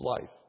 life